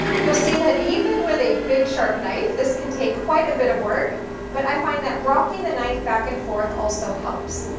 you'll see that even with a big sharp knife this can take quite a bit of work but i find that rocking the knife back and forth also helps.